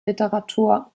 literatur